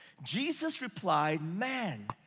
jesus replied, man,